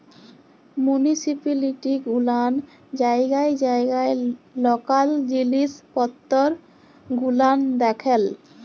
municipality গুলান জায়গায় জায়গায় লকাল জিলিস পত্তর গুলান দেখেল